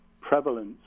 prevalence